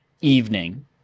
evening